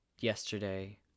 yesterday